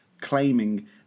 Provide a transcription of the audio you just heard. claiming